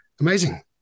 amazing